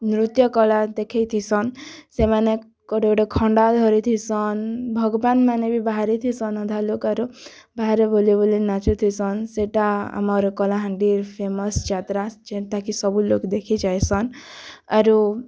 ନୃତ୍ୟ କଲା ଦେଖେଇଥିସନ୍ ସେମାନେଙ୍କର୍ ଗୁଟେ ଖଣ୍ଡା ଧରିଥିସନ୍ ଭଗବାନ୍ ମାନେ ବି ବାହାରିଥିସନ୍ ଅଧା ଲୋକ୍ ଆରୁ ବାହାରେ ବୁଲି ବୁଲି ନାଚୁଥିସନ୍ ସେଟା ଆମର୍ କଲାହାଣ୍ଡିର୍ ଫେମସ୍ ଯାତ୍ରା ଯେନ୍ଟାକି ସବୁ ଲୋକ୍ ଦେଖି ଯାଇସନ୍ ଆରୁ